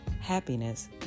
happiness